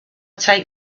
take